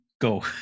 go